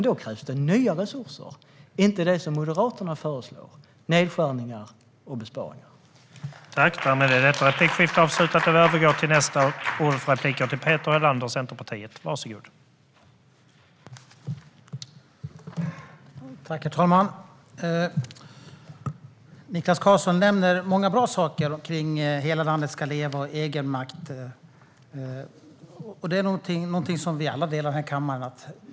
Då krävs det nya resurser och inte det som Moderaterna föreslår - nedskärningar och besparingar.